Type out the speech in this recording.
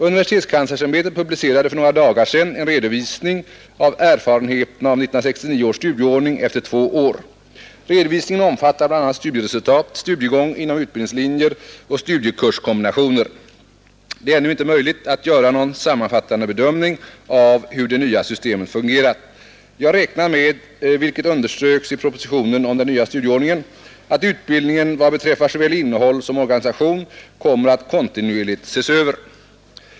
Universitetskanslersämbetet publicerade för några dagar sedan en redovisning av erfarenheterna av 1969 års studieordning efter två år. Redovisningen omfattar bl.a. studieresultat, studiegången inom utbildningslinjer och studiekurskombinationer. Det är ännu inte möjligt att göra någon sammanfattande bedömning av hur det nya systemet fungerat. Jag räknar med — vilket underströks i propositionen om den nya studieordningen — att utbildningen vad beträffar såväl innehåll som organisation kommer att kontinuerligt ses över.